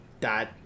Dot